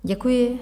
Děkuji.